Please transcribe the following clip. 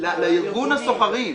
לארגון סוחרים.